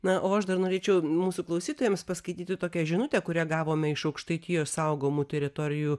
na o aš dar norėčiau mūsų klausytojams paskaityti tokią žinutę kurią gavome iš aukštaitijos saugomų teritorijų